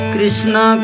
Krishna